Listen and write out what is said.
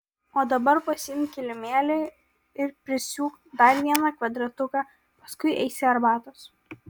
o dabar pasiimk kilimėlį ir prisiūk dar vieną kvadratuką paskui eisi arbatos